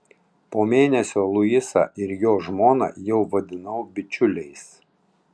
po mėnesio luisą ir jo žmoną jau vadinau bičiuliais